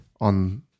on